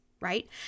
right